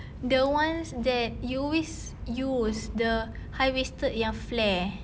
the ones that you always use the high waisted yang flair